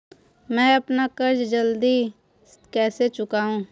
मैं अपना कर्ज जल्दी कैसे चुकाऊं?